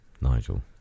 Nigel